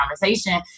conversation